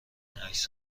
عکس